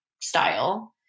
style